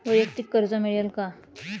वैयक्तिक कर्ज मिळेल का?